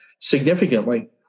significantly